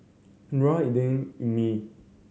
Nura Indra Ummi